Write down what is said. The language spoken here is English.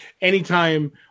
anytime